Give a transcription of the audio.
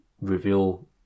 reveal